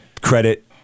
credit